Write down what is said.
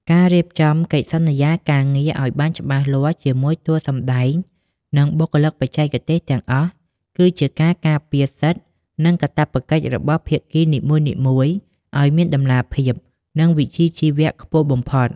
ការរៀបចំកិច្ចសន្យាការងារឱ្យបានច្បាស់លាស់ជាមួយតួសម្ដែង និងបុគ្គលិកបច្ចេកទេសទាំងអស់ គឺជាការការពារសិទ្ធិ និងកាតព្វកិច្ចរបស់ភាគីនីមួយៗឱ្យមានតម្លាភាព និងវិជ្ជាជីវៈខ្ពស់បំផុត។